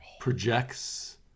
projects